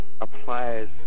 applies